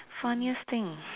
funniest things